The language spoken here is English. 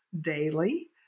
daily